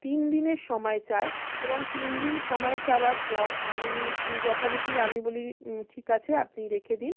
তিন দিনের সমায় চায় এবং তিন দিন সমায় চাওয়ার পর আমি যথারীতি আমি বলি ঠিক আছে আপনি রেখে দিন